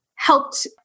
helped